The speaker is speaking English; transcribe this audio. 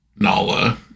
nala